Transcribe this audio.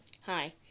hi